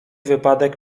wypadek